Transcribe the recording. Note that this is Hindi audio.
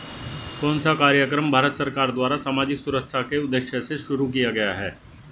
कौन सा कार्यक्रम भारत सरकार द्वारा सामाजिक सुरक्षा के उद्देश्य से शुरू किया गया है?